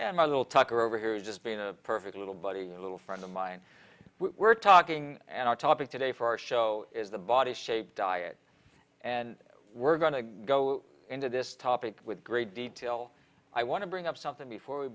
and my little tucker over here is just being a perfect little buddy a little friend of mine we were talking and our topic today for our show is the body shape diet and we're going to go into this topic with great detail i want to bring up something before we